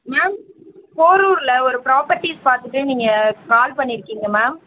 ma'am போரூரில் ஒரு properties பார்த்துட்டு நீங்கள் கால் பண்ணியிருக்கீங்க மேம்